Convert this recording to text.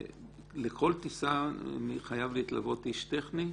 לכל טיסה חייב להתלוות איש טכני?